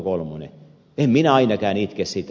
en minä ainakaan itke sitä